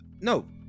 no